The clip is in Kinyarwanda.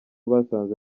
basanze